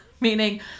Meaning